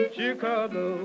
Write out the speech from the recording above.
Chicago